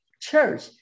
church